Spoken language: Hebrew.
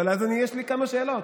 אבל אז יש לי כמה שאלות,